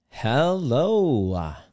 Hello